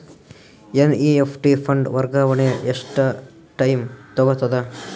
NEFT fund ವರ್ಗಾವಣೆ ಎಷ್ಟ time ತೋಗೊತದ?